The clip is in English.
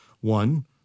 One